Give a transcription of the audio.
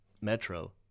Metro